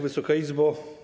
Wysoka Izbo!